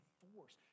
force